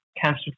cancer